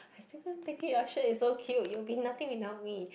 I can't take it ah is so cute you will be nothing without me